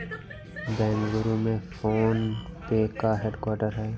बेंगलुरु में PhonePe का head quarter हैं